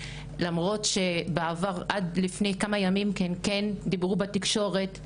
למרות שבעבר עד לפני כמה ימים הן כן דיברו בתקשורת,